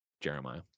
jeremiah